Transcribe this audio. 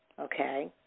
okay